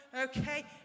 Okay